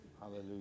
Hallelujah